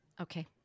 Okay